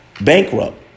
bankrupt